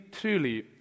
truly